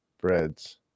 breads